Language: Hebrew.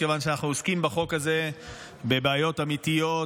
כיוון שאנחנו עוסקים בחוק הזה בבעיות האמיתיות,